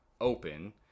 open